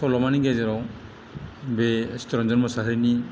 सल'मानि गेजेराव बे चित्तरन्जन मोसाहारिनि